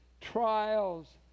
trials